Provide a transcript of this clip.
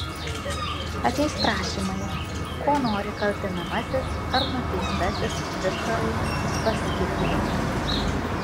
ateis prašymai ko nori kaltinamasis ar nuteistasis viktorai uspaskichai